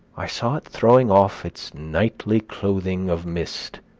i saw it throwing off its nightly clothing of mist,